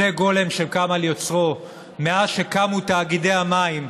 זה גולם שקם על יוצרו מאז שקמו תאגידי המים.